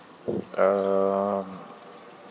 um